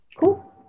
Cool